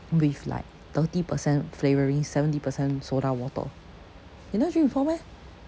with like thirty percent flavouring seventy percent soda water you never drink before meh